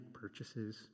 purchases